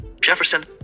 Jefferson